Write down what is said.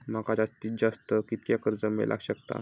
माका जास्तीत जास्त कितक्या कर्ज मेलाक शकता?